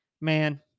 man